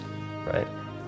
right